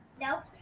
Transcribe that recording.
Nope